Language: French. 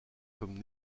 comme